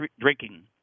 drinking